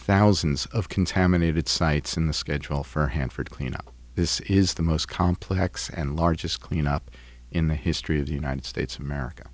thousands of contaminated sites in the schedule for hanford cleanup this is the most complex and largest cleanup in the history of the united states of america